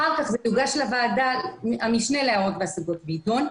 אחר כך זה יוגש לוועדת המשנה להערות והשגות ויידון.